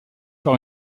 par